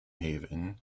haven